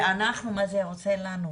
ואנחנו, מה זה עושה לנו.